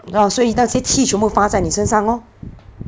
orh 所以那些气全部发在你身上 lor